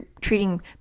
treating